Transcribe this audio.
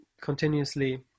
continuously